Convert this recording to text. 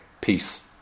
peace